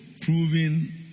proving